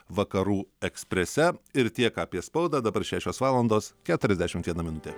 vakarų eksprese ir tiek apie spaudą dabar šešios valandos keturiasdešimt viena minutė